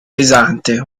pesante